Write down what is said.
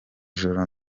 joro